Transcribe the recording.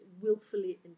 willfully